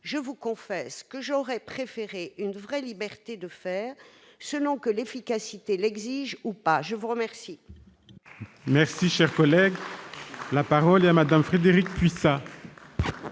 je vous confesse que j'aurais préféré une vraie liberté de faire, selon que l'efficacité l'exige ou non. La parole